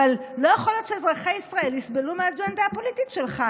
אבל לא יכול להיות שאזרחי ישראל יסבלו מהאג'נדה הפוליטית שלך.